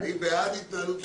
אני בעד התנהלות סדורה.